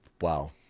Wow